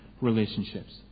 relationships